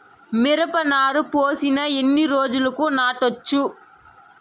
మిరప నారు పోసిన ఎన్ని రోజులకు నాటచ్చు?